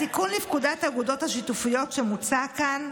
התיקון לפקודת האגודות השיתופיות שמוצע כאן,